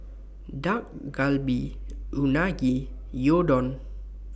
Dak Galbi Unagi Gyudon